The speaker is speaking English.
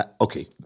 okay